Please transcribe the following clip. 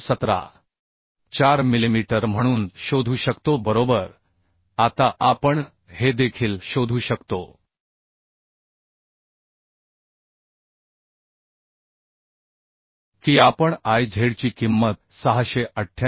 4 millimetre म्हणून शोधू शकतो बरोबर आता आपण हे देखील शोधू शकतो की आपण I z ची किंमत 688